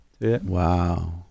Wow